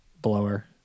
blower